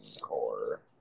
core